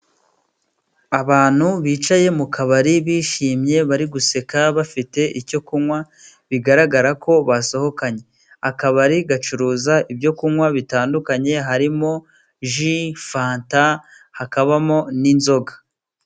Abantu bicaye mu kabari bishimye bari guseka bafite icyo kunywa bigaragara ko basohokanye. Akabari gacuruza ibyo kunywa bitandukanye harimo ji, fanta, hakabamo n'inzoga.